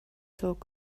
zur